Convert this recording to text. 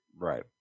Right